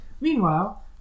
Meanwhile